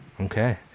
Okay